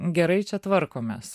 gerai čia tvarkomės